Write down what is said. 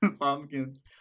pumpkins